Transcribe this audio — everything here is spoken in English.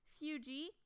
Fuji